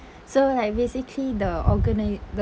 so like basically the organi~ the